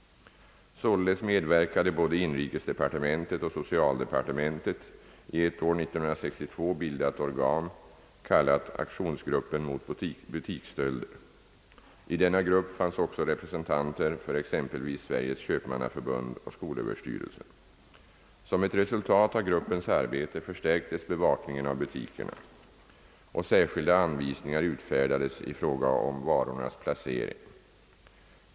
Således medverkade både inrikesdepariementet och socialdepartementet i ett år 1962 bildat organ, kallat »Aktionsgruppen mot butiksstölder». I denna grupp fanns även representanter för exempelvis Sveriges köpmannaförbund och skolöverstyrelsen. Som ett resultat av gruppens arbete förstärktes bevakningen av butikerna och särskilda anvisningar utfärdades i fråga om varornas placering.